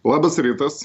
labas rytas